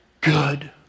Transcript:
good